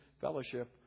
fellowship